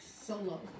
solo